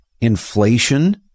inflation